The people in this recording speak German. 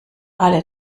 alle